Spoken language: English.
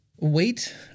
Wait